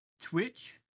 Twitch